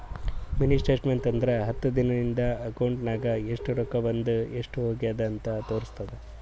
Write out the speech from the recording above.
mini statement ಅಂದುರ್ ಹತ್ತು ದಿನಾ ನಿಂದ ಅಕೌಂಟ್ ನಾಗ್ ಎಸ್ಟ್ ರೊಕ್ಕಾ ಬಂದು ಎಸ್ಟ್ ಹೋದು ಅಂತ್ ತೋರುಸ್ತುದ್